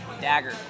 Dagger